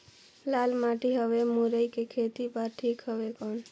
लाल माटी हवे मुरई के खेती बार ठीक हवे कौन?